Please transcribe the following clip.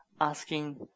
asking